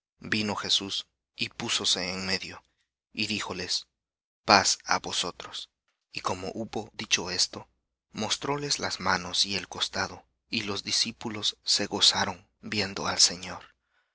vino jesús y púsose en medio y díjoles paz á vosotros y como hubo dicho esto mostróles las manos y el costado y los discípulos se gozaron viendo al señor